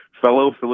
fellow